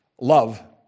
love